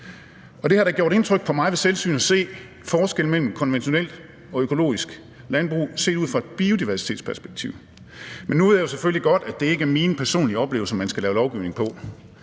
det har da gjort indtryk på mig ved selvsyn at se forskellen mellem konventionelt og økologisk landbrug set ud fra et biodiversitetsperspektiv. Men nu ved jeg selvfølgelig godt, at det ikke er mine personlige oplevelser, man skal lave lovgivning ud